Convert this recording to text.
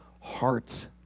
hearts